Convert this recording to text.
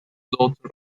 daughter